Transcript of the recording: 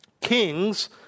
Kings